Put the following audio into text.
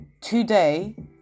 Today